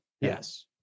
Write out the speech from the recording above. Yes